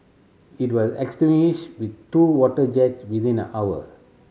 it was extinguished with two water jets within an hour